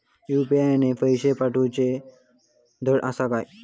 UPI ने पैशे पाठवूचे धड आसा काय?